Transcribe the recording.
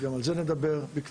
גם על זה נדבר בקצרה,